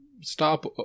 stop